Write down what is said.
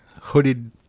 hooded